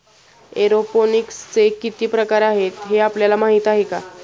एरोपोनिक्सचे किती प्रकार आहेत, हे आपल्याला माहित आहे का?